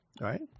Right